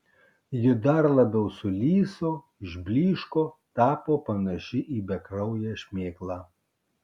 ji dar labiau sulyso išblyško tapo panaši į bekrauję šmėklą